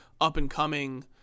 up-and-coming